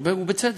ובצדק.